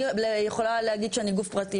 אני יכולה להגיד שאני גוף פרטי,